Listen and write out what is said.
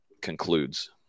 concludes